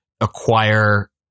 acquire